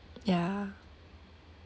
ya